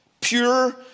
pure